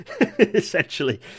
essentially